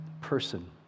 person